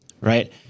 Right